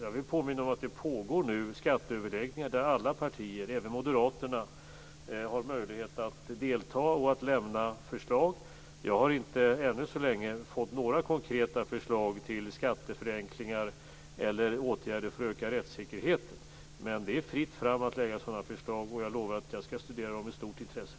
Jag vill påminna om att det nu pågår skatteöverläggningar där alla partier, även Moderaterna, har möjlighet att delta och lämna förslag. Jag har ännu så länge inte fått några konkreta förslag till skatteförenklingar eller åtgärder för att öka rättssäkerheten. Men det är fritt fram att lägga fram sådana förslag. Jag lovar att jag skall studera dem med stort intresse.